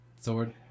Sword